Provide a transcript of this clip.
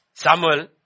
Samuel